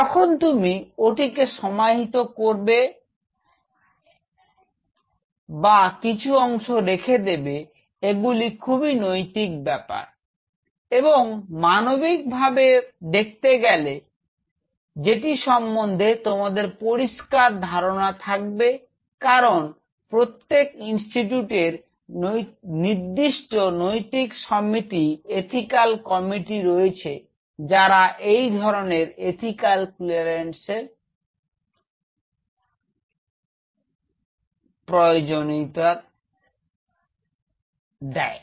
যখন তুমি ওদিকে সমাহিত করবে বা কিছু অংশ রেখে দেবে এগুলি খুবই নৈতিক ব্যাপার এবং মানবিক ভাবি দেখতে হবে যেটি সম্বন্ধে তোমাদের পরিষ্কার ধারণা থাকবে কারণ প্রত্যেক ইনস্টিটিউট এর নির্দিষ্ট নৈতিক সমিতি ইথিক্যাল কমিটি রয়েছে যারা এই ধরনের ইথিক্যাল ক্লিয়ারেন্স প্রয়োজন কিনা